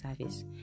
service